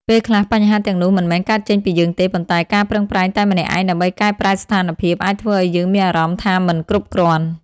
ពេលខ្លះ បញ្ហាទាំងនោះមិនមែនកើតចេញពីយើងទេ ប៉ុន្តែការប្រឹងប្រែងតែម្នាក់ឯងដើម្បីកែប្រែស្ថានភាព អាចធ្វើឲ្យយើងមានអារម្មណ៍ថាមិនគ្រប់គ្រាន់។